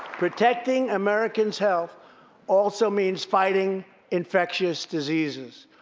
protecting americans' health also means fighting infectious diseases.